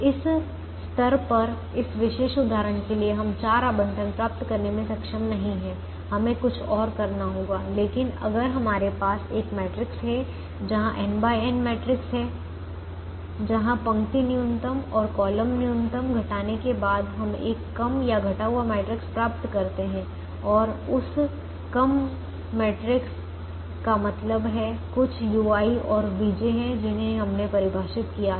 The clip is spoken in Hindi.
इस स्तर पर इस विशेष उदाहरण के लिए हम चार आवंटन प्राप्त करने में सक्षम नहीं हैं हमें कुछ और करना होगा लेकिन अगर हमारे पास एक मैट्रिक्स है जहां n n मैट्रिक्स है जहां पंक्ति न्यूनतम और कॉलम न्यूनतम घटाने के बाद हम एक कम या घटा हुआ मैट्रिक्स प्राप्त करते हैं और उस कम मैट्रिक्स का मतलब है कुछ ui और vj हैं जिन्हें हमने परिभाषित किया है